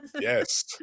Yes